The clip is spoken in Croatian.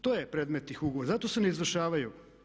To je predmet tih ugovora, zato se ne izvršavaju.